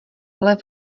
lev